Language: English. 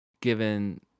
given